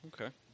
okay